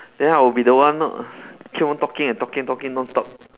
then I'll be the one keep on talking and talking non-stop